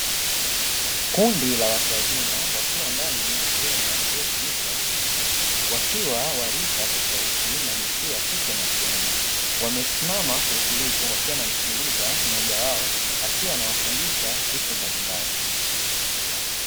Kundi la watu wazima wakiwa ndani ya hema lililofunikwa vizuri, wakiwa wa rika tofauti na jinsia ya kike na ya kiume, wamesimama kwa utulivu wakiwa wanamsikiliza mmoja wao akiwa anawafundisha vitu mbalimbali.